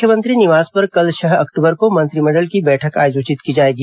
मुख्यमंत्री निवास पर कल छह अक्टूबर को मंत्रिमंडल की बैठक आयोजित की जाएगी